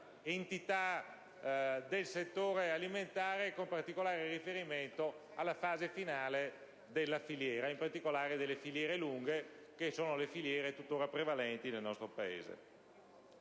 entità del settore alimentare, con particolare riferimento alla fase finale della filiera, specie delle filiere lunghe, tuttora prevalenti nel nostro Paese.